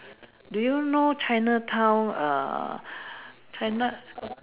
do yo know Chinatown err China